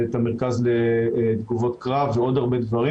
ואת המרכז לתגובות קרב ועוד הרבה דברים.